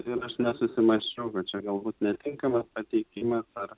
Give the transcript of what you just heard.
ir aš nesusimąsčiau kad čia galbūt netinkamas pateikimas ar